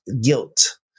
Guilt